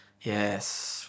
Yes